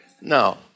No